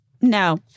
no